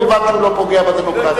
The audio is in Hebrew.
ובלבד שהוא לא פוגע בדמוקרטיה.